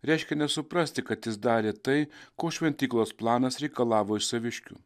reiškia nesuprasti kad jis darė tai ko šventyklos planas reikalavo iš saviškių